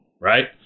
right